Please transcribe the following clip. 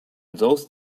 those